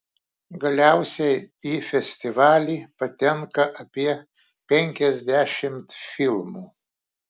galiausiai į festivalį patenka apie penkiasdešimt filmų